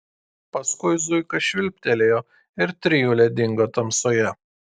paskui zuika švilptelėjo ir trijulė dingo tamsoje